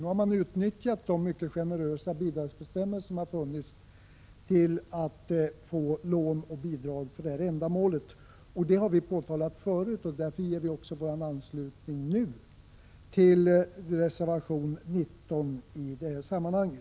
Nu har man alltså utnyttjat de mycket generösa bidragsbestämmelser som har funnits till att få lån och bidrag för detta ändamål. Det har vi påtalat förut, och därför ger vi också nu vår anslutning till reservation 19 i detta sammanhang.